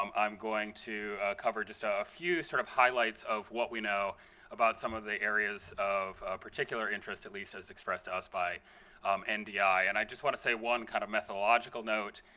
um i'm going to cover just a few sort of highlights of what we know about some of the areas of particular interest, at least as expressed to us by um and ndi. and i just want to say one kind of methodological note.